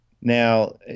Now